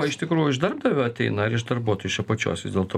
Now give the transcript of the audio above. o iš tikrųjų iš darbdavio ateina ar iš darbuotojų iš apačios vis dėlto